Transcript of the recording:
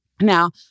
now